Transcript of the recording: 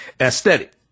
Aesthetic